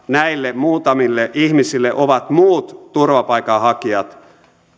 näille muutamille ihmisille ovat muut turvapaikanhakijat